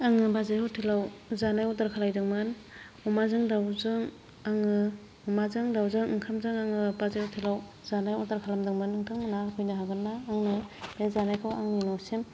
आङो बाजै हटेलाव जानाय अर्डार खालायदोंमोन अमाजों दाउजों आङो अमाजों दाउजों आङो बाजै हटेलाव जानाय अर्डार खालामदोंमोन नोंथांमोना होफैनो हागोन ना आंनो बे जानायखौ आंनि न'सिम